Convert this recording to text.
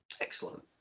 Excellent